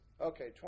Okay